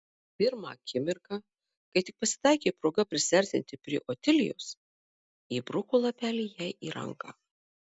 pirmą akimirką kai tik pasitaikė proga prisiartinti prie otilijos įbruko lapelį jai į ranką